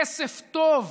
כסף טוב,